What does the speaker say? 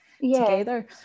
together